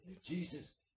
Jesus